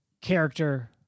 character